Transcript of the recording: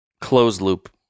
closed-loop